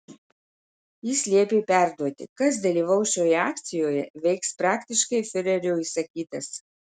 jis liepė perduoti kas dalyvaus šioje akcijoje veiks praktiškai fiurerio įsakytas